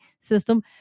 system